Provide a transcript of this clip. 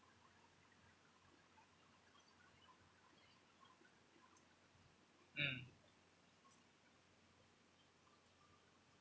mm